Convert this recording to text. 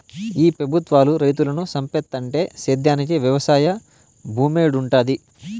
ఈ పెబుత్వాలు రైతులను సంపేత్తంటే సేద్యానికి వెవసాయ భూమేడుంటది